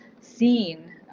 seen